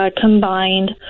combined